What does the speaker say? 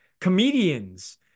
comedians